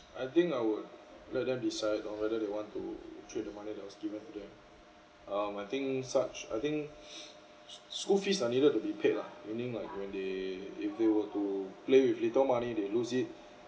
I think I would let them decide on whether they want to trade the money that was given to them um I think such I think s~ school fees are needed to be paid lah meaning like when they if they were to play with little money they lose it